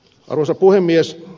arvoisa puhemies